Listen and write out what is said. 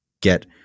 get